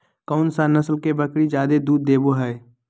कौन सा नस्ल के बकरी जादे दूध देबो हइ?